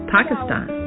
Pakistan